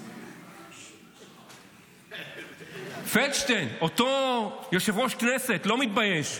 AI. פלדשטיין, אותו יושב-ראש כנסת לא מתבייש,